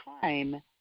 time